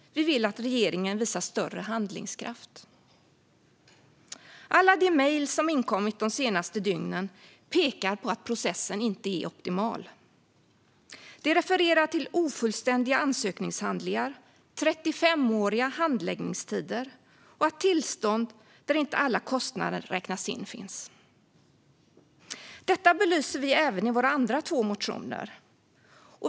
Vi vill att regeringen visar större handlingskraft. Alla de mejl som inkommit de senaste dygnen pekar på att processen inte är optimal. De refererar till ofullständiga ansökningshandlingar, 35åriga handläggningstider och att det finns tillstånd där inte alla kostnader räknas in. Detta belyser vi även i våra två andra motioner.